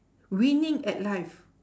winning at life